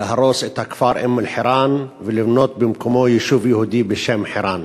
להרוס את הכפר אום-אל-חיראן ולבנות במקומו יישוב יהודי בשם חירן.